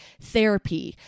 therapy